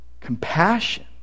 Compassion